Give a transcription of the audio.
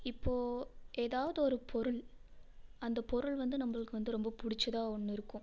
இப்போது ஏதாவது ஒரு பொருள் அந்த பொருள் வந்து நம்பளுக்கு வந்து ரொம்ப பிடிச்சதா ஒன்று இருக்கும்